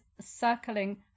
circling